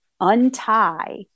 untie